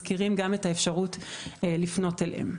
תוך כדי הריאיון הם מזכירים גם את האפשרות לפנות אליהם.